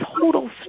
total